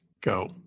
go